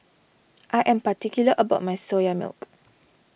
I am particular about my Soya Milk